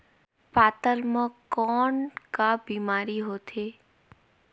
पातल म कौन का बीमारी होथे?